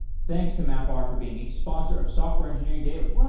thanks to mapr for being a sponsor of software engineering daily yeah